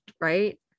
right